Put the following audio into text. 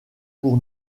pour